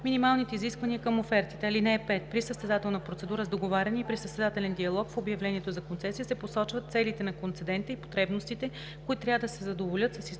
минималните изисквания към офертите. (5) При състезателна процедура с договаряне и при състезателен диалог в обявлението за концесия се посочват целите на концедента и потребностите, които трябва да се задоволят с изпълнението